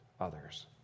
others